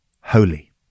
holy